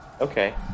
Okay